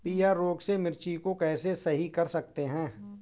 पीहर रोग से मिर्ची को कैसे सही कर सकते हैं?